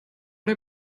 der